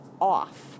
off